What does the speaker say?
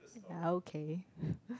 ya okay